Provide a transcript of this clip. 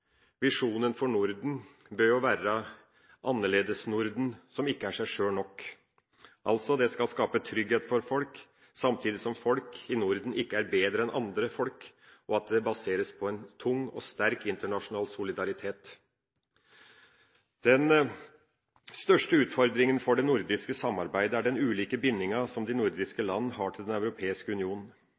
Visjonen for Norden bør jo være et annerledesnorden som ikke er seg sjøl nok. Altså: Det skal skape trygghet for folk, samtidig som folk i Norden ikke er bedre enn andre folk, og det skal baseres på en tung og sterk internasjonal solidaritet. Den største utfordringen for det nordiske samarbeidet er den ulike bindingen som de nordiske land har til Den europeiske union.